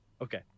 Okay